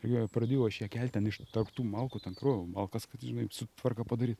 ir ją pradėjau aš ją kelt ten iš tarp tų malkų ten kroviau malkas kad žinai su tvarką padaryt